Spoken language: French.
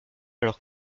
alors